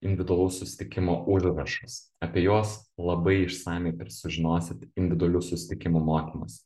individualaus susitikimo užrašus apie juos labai išsamiai ir sužinosit individualių susitikimų mokymuose